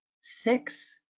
six